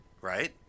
right